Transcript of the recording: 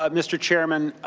ah mr. chairman,